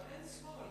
כבר אין שמאל.